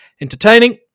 entertaining